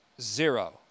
zero